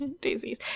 Daisies